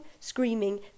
screaming